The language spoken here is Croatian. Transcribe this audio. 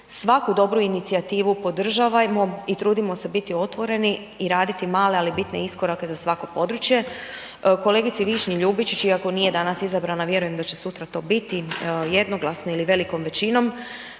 Svaku dobru inicijativu podržavajmo i trudimo se biti otvoreni i raditi male ali bitne iskorake za svako područje. Kolegici Višnji Ljubičić iako nije danas izabrana vjerujem da će sutra to biti jednoglasno ili velikom većinom,